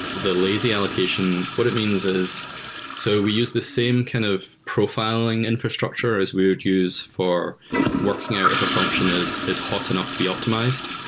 the lazy allocation, what it means is so we use the same kind of profi ling infrastructure as we would use for working out if a function is is hot enough to be optimized.